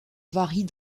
varient